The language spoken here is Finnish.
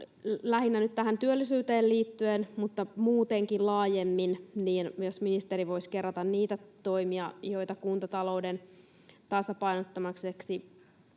lähinnä nyt tähän työllisyyteen liittyen mutta muutenkin laajemmin ministeri voisi myös kerrata niitä toimia, joita kuntatalouden tasapainottamiseksi